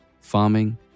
farming